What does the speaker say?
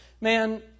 Man